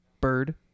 bird